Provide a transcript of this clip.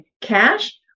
cash